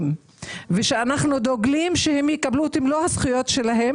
ושאנחנו דוגלים שיקבלו את מלוא זכויתיהם